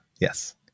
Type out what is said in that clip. Yes